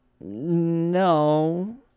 No